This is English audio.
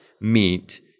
meet